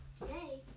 today